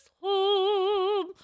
home